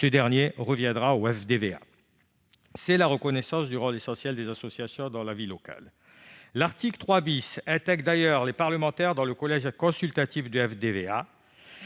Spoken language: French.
ce dernier reviendra au FDVA. C'est la reconnaissance du rôle essentiel des associations dans la vie locale. L'article 3 intègre d'ailleurs les parlementaires dans le collège consultatif du FDVA.